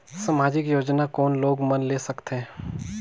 समाजिक योजना कोन लोग मन ले सकथे?